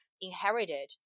inherited